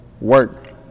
Work